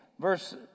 Verse